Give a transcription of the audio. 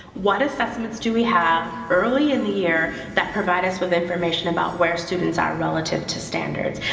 what assessments do we have early in the year that provide us with information about where students are relative to standards.